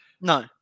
no